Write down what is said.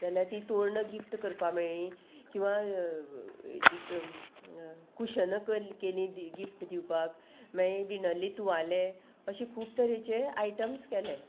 जाल्यार ती तोरणां गिफ्ट करपा मेळ्ळीं किंवां कुशनां केली गिफ्ट दिवपाक मागीर विणल्ले तुवाले अशें खूब तरेचे आयटम्स केले